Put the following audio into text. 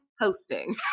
hosting